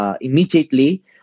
immediately